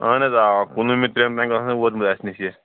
اہَن حظ آ کُنوُہمہِ ترٛیَن تام گوٚژھ آسُن ووٚتمُت اَسہِ نِش یہِ